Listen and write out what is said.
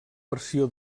versió